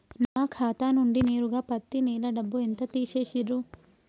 నా ఖాతా నుండి నేరుగా పత్తి నెల డబ్బు ఎంత తీసేశిర్రు?